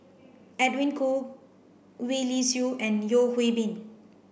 Edwin Koo Gwee Li Sui and Yeo Hwee Bin